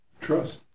Trust